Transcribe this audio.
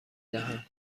دهم